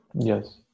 Yes